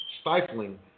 stifling